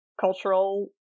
cultural